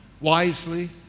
wisely